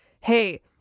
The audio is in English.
hey